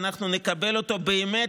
אנחנו נקבל אותו באמת,